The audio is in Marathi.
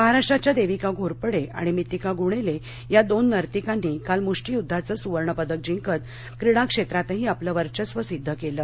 महाराष्ट्राच्या देविका घोरपडे आणि मितिका गुणेले या दोन नार्तीकांनी काल मुष्टियुद्धाचं सुवर्ण पदक जिंकत क्रीडा क्षेत्रातही आपल वर्चस्व सिद्ध केल